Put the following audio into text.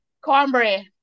cornbread